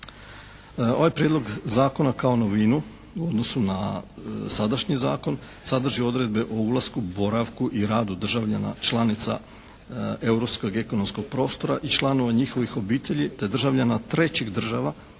Ovaj Prijedlog zakona kao novinu u odnosu na sadašnji zakon sadrži odredbe o ulasku, boravku i radu državljana članica europskog ekonomskog prostora i članova njihovih obitelji te državljana trećih država